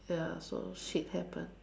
ya so shit happens